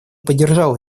поддержал